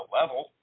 level